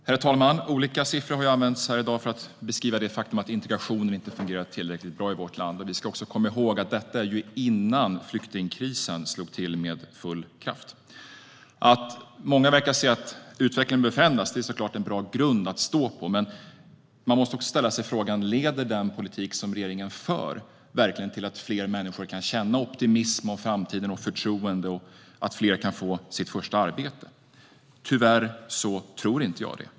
Herr talman! Olika siffror har använts här i dag för att beskriva det faktum att integrationen inte har fungerat tillräckligt bra i vårt land. Vi ska också komma ihåg att detta var innan flyktingkrisen slog till med full kraft. Många verkar se att utvecklingen behöver förändras, och det är såklart en bra grund att stå på. Men man måste också ställa frågan: Leder den politik som regeringen för verkligen till att fler människor kan känna förtroende och optimism inför framtiden och till att fler kan få sitt första arbete? Tyvärr tror jag inte det.